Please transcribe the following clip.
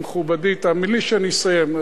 מכובדי, תאמין לי שאני אסיים.